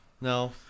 No